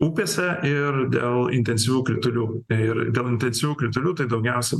upėse ir dėl intensyvių kritulių ir dėl intensyvių kritulių tai daugiausia